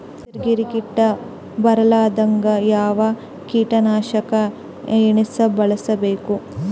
ಹೆಸರಿಗಿ ಕೀಟ ಬರಲಾರದಂಗ ಯಾವ ಕೀಟನಾಶಕ ಎಣ್ಣಿಬಳಸಬೇಕು?